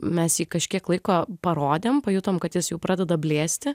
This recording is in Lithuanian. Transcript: mes jį kažkiek laiko parodėm pajutom kad jis jau pradeda blėsti